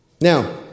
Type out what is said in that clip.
Now